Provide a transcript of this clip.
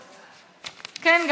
כן,